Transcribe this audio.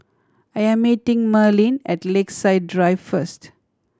I am meeting Merlene at Lakeside Drive first